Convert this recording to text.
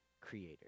creator